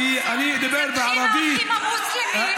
זה התחיל מהאחים המוסלמים,